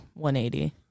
180